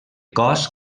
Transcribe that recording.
cos